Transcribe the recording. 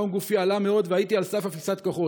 חום גופי עלה מאוד והייתי על סף אפיסת כוחות.